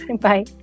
Bye